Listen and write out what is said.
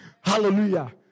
Hallelujah